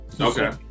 Okay